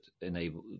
enable